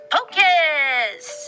Pocus